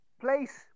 place